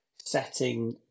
setting